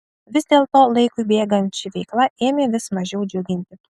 vis dėlto laikui bėgant ši veikla ėmė vis mažiau džiuginti